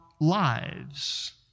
lives